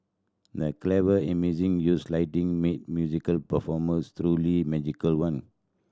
the clever amazing use of lighting made musical performance truly magical one